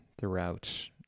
throughout